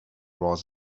was